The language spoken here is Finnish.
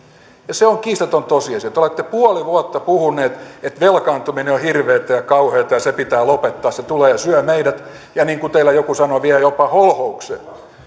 se on kiistaton tosiasia te te olette puoli vuotta puhuneet että velkaantuminen on hirveätä ja kauheata ja se pitää lopettaa se tulee ja syö meidät ja niin kuin teillä joku sanoi vie jopa holhoukseen